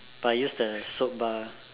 but I use the soap bar